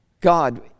God